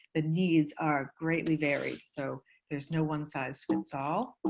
the needs are greatly varied. so there's no one size fits all